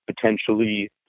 potentially